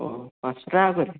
ও পাঁচশো টাকা করে